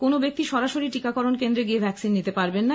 কোনো ব্যক্তি সরাসরি টিকাকরণ কেন্দ্রে গিয়ে ভ্যাক্সিন নিতে পারবেন না